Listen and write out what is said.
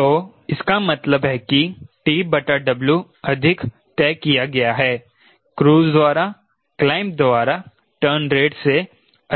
तो इसका मतलब है कि TW अधिक तय किया गया है क्रूज़ द्वारा क्लाइंब द्वारा टर्न रेट से